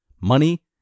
money